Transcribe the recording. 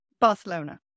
Barcelona